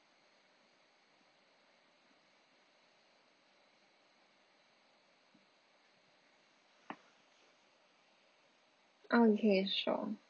ah okay sure